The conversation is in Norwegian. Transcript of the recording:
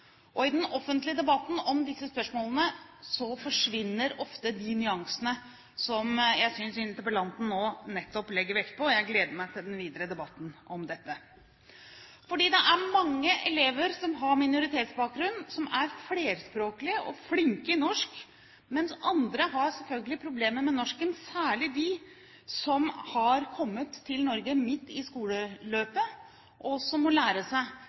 I den offentlige debatten om disse spørsmålene forsvinner ofte de nyansene som jeg synes interpellanten nå nettopp legger vekt på, og jeg gleder meg til den videre debatten om dette. Mange elever med minoritetsbakgrunn er flerspråklige og flinke i norsk, mens andre har problemer med norsken – særlig de som har kommet til Norge midt i skoleløpet, og som må lære seg